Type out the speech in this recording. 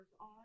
on